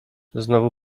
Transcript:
znowu